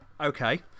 okay